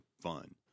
fun